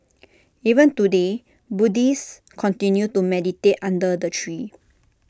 even today Buddhists continue to meditate under the tree